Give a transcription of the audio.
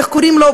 איך קוראים לו,